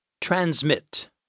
Transmit